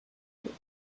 بود